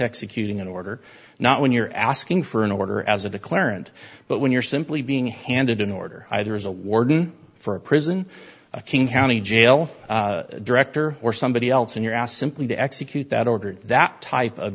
executing an order not when you're asking for an order as a declarant but when you're simply being handed an order either as a warden for a prison a king county jail director or somebody else in your ass simply to execute that order that type of